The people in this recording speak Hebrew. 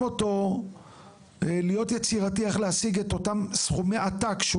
אותו להיות יצירתי איך להשיג את אותם סכומי עתק שהוא